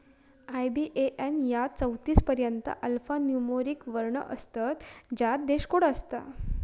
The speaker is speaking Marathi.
आय.बी.ए.एन यात चौतीस पर्यंत अल्फान्यूमोरिक वर्ण असतत ज्यात देश कोड असता